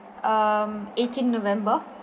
um eighteenth november